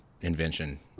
invention